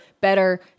better